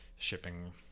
Shipping